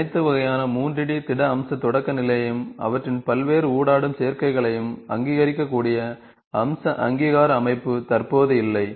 அனைத்து வகையான 3D திட அம்ச தொடக்க நிலையையும் அவற்றின் பல்வேறு ஊடாடும் சேர்க்கைகளையும் அங்கீகரிக்கக்கூடிய அம்ச அங்கீகார அமைப்பு தற்போது இல்லை